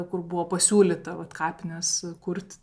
kur buvo pasiūlyta vat kapines kurti